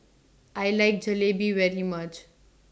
I like Jalebi very much